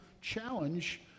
challenge